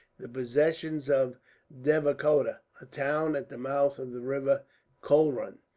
the possession of devikota, a town at the mouth of the river kolrun,